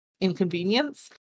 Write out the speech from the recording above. inconvenience